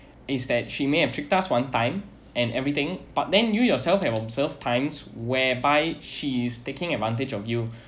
is that she may have tricked us one time and everything but then you yourself have observed times whereby she's taking advantage of you